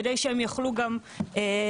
כדי שהם יוכלו גם --- רגע,